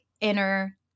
inner